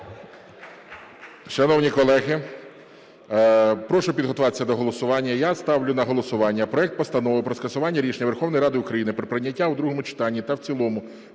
Шановні колеги, прошу підготуватися до голосування. Я ставлю на голосування проект Постанови про скасування рішення Верховної Ради України про прийняття у другому читанні та в цілому